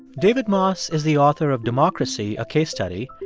david moss is the author of democracy a case study.